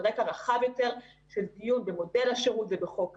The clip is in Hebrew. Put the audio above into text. רקע רחב יותר של דיון במודל השירות ובחוק הגיוס.